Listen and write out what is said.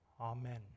Amen